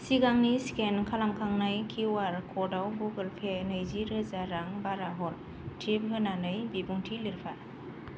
सिगांनि स्केन खालामखांनाय किउआर ख'डाव गुगोल पे नैरोजा रां बारा हर टिप होनानै बिबुंथि लिरफा